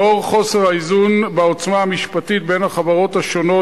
לאור חוסר האיזון בעוצמה המשפטית בין החברות השונות,